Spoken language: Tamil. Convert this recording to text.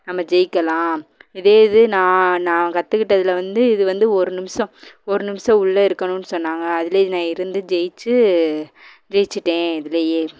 நம்ம ஜெயிக்கலாம் இதே இது நான் நான் கற்றுக்கிட்டதுல வந்து இது வந்து ஒரு நிமிஷம் ஒரு நிமிஷம் உள்ளே இருக்கணும்னு சொன்னாங்க அதுலே நான் இருந்து ஜெயித்து ஜெயிச்சுட்டேன் இதுலேயே